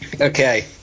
Okay